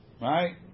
right